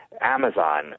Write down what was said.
Amazon